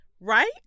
right